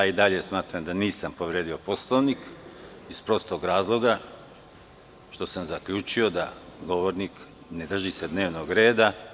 I dalje smatram da nisam povredio Poslovnik, iz prostog razloga što sam zaključio da se govornik ne drži dnevnog reda.